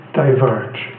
diverge